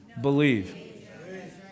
believe